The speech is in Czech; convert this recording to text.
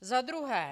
Za druhé.